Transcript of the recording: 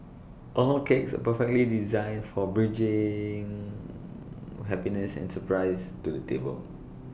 all cakes are perfectly designed for bringing happiness and surprises to the table